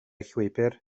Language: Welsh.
llwybr